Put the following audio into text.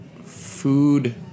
food